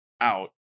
out